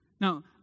Now